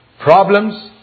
Problems